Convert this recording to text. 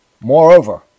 Moreover